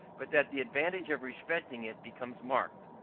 but that the advantage of respecting it becomes marked.